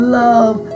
love